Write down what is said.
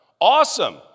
awesome